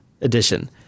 Edition